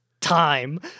time